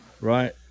right